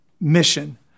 mission